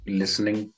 listening